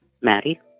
Maddie